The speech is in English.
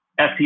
SEO